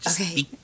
Okay